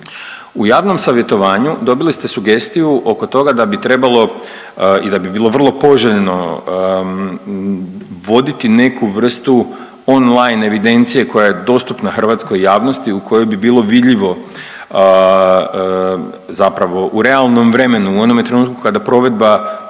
U javnom savjetovanju dobili ste sugestiju oko toga da bi trebalo i da bi bilo vrlo poželjno voditi neku vrstu on-line evidencije koja je dostupna hrvatskoj javnosti u kojoj bi bilo vidljivo zapravo u realnom vremenu, u onome trenutku kada provedba